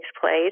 place